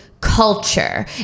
culture